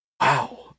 Wow